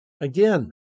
Again